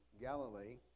Galilee